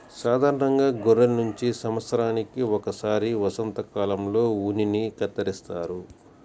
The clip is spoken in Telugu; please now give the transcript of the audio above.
సాధారణంగా గొర్రెల నుంచి సంవత్సరానికి ఒకసారి వసంతకాలంలో ఉన్నిని కత్తిరిస్తారు